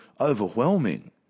overwhelming